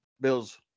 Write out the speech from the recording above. Bills